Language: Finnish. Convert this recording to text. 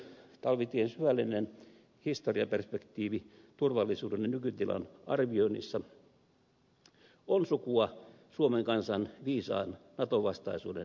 talvitien syvällinen historiapers pektiivi turvallisuuden ja nykytilan arvioinnissa on sukua suomen kansan viisaan nato vastaisuuden kanssa